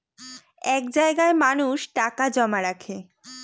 এক জায়গায় মানুষ টাকা জমা রাখে